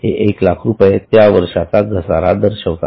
हे एक लाख रुपये त्या वर्षाचा घसारा दर्शवितात